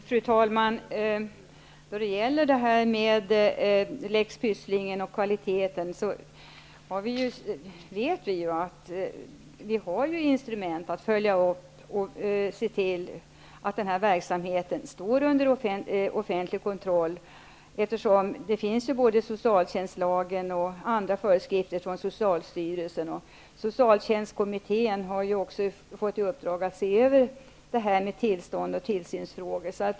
Fru talman! När det gäller lex Pysslingen och kvaliteten vet vi ju att vi har instrument att följa upp och se till att verksamheten står under offentlig kontroll. Det finns ju både socialtjänstlagen och andra föreskrifter från socialstyrelsen. Socialtjänstkommittén har också fått i uppdrag att se över detta med tillstånd och tillsynsfrågor.